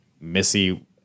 Missy